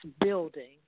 building